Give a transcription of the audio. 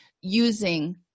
using